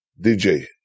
DJ